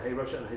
ah russia,